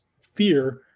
fear